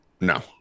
No